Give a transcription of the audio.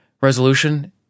resolution –